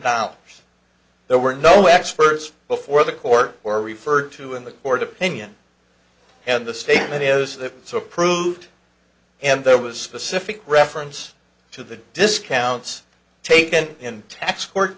dollars there were no experts before the court or referred to in the court opinion and the statement is that it's approved and there was specific reference to the discounts taken in tax court